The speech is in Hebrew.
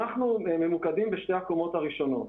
אנחנו ממוקדים בשתי הקומות הראשונות,